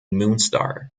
moonstar